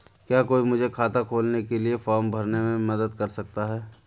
क्या कोई मुझे खाता खोलने के लिए फॉर्म भरने में मदद कर सकता है?